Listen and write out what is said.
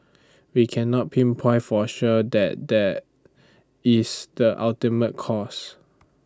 we cannot pinpoint for sure that that is the ultimate cause